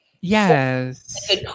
Yes